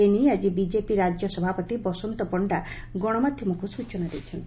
ଏ ନେଇ ଆକି ବିଜେପି ରାଜ୍ୟସଭାପତି ବସନ୍ତ ପଣ୍ତା ଗଣମାଧ୍ଧମକୁ ସୂଚନା ଦେଇଛନ୍ତି